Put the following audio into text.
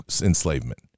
enslavement